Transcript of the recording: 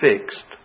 fixed